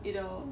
you know